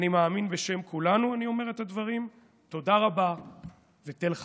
אני מאמין שבשם כולנו אני אומר את הדברים: תודה רבה ותל חי.